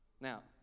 now